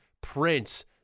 prince